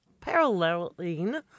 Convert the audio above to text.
paralleling